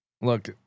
look